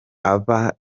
aba